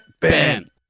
Ben